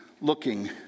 looking